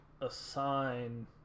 assign